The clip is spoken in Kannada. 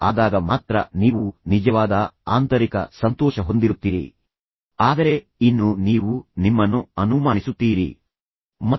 ನಾನು ನಿಮಗೆ ಹೇಳುತ್ತಲೇ ಬಂದಿದ್ದೇನೆ ಸ್ವಯಂ ವಾಸ್ತವೀಕರಿಸಿದ ವ್ಯಕ್ತಿಯಾದಾಗ ಮಾತ್ರ ನೀವು ನಿಜವಾದ ಆಂತರಿಕ ಸಂತೋಷ ಹೊಂದಿರುತ್ತೀರಿ ಆದರೆ ಇನ್ನೂ ನೀವು ನಿಮ್ಮನ್ನು ಅನುಮಾನಿಸುತ್ತೀರಿಃ ನಾನು ಅದನ್ನು ಮಾಡಬೇಕೇ ಅಥವಾ ಬೇಡವೇ